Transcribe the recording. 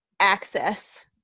Access